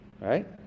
right